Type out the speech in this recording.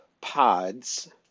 pods